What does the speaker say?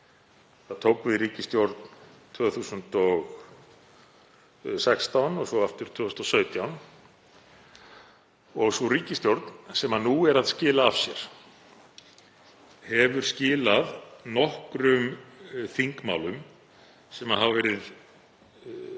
Við tók ríkisstjórn árið 2016 og svo aftur árið 2017, og sú ríkisstjórn sem nú er að skila af sér hefur skilað nokkrum þingmálum sem hafa verið